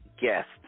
guest